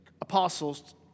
apostles